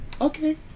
okay